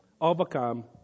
Overcome